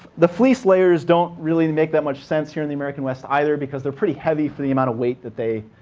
the fleece layers don't really and make that much sense here in the american west either because they're pretty heavy for the amount of weight that they